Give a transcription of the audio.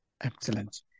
excellent